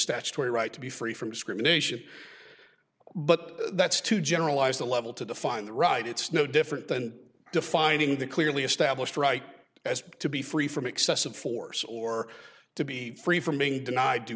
statutory right to be free from discrimination but that's too generalized a level to define that right it's no different than defining the clearly established right as to be free from excessive force or to be free from being denied due